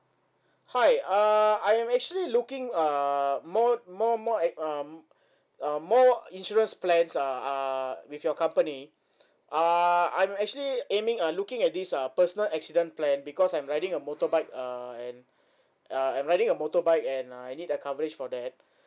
hi uh I'm actually looking uh more more more a~ um uh more insurance plans uh uh with your company uh I'm actually aiming uh looking at this uh personal accident plan because I'm riding a motorbike uh and uh I'm riding a motorbike and I need a coverage for that